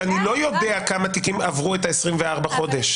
אני לא יודע כמה תיקים עברו את 24 החודשים.